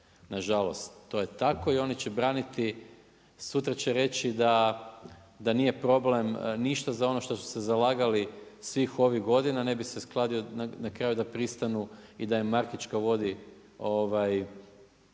nažalost, to je tako i oni će braniti sutra će reći da nije problem ništa za ono što se zalagali svih ovih godina. Ne bi se kladio na kraju da pristanu i da im Markićka vodi ovo